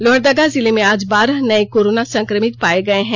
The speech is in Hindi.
लोहरदगा जिले में आज बारह नये कोरोना संक्रमित पाये गये हैं